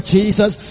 Jesus